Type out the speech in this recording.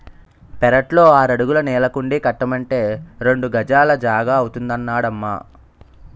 పెరట్లో ఆరడుగుల నీళ్ళకుండీ కట్టమంటే రెండు గజాల జాగా అవుతాదన్నడమ్మా